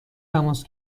تماس